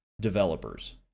developers